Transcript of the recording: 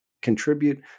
contribute